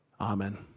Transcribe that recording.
Amen